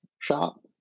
shop